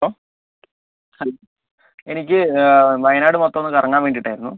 hello hello എനിക്ക് വയനാട് മൊത്തമൊന്ന് കറങ്ങാൻ വേണ്ടിയിട്ടായിരുന്നു